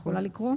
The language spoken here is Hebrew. נקרא.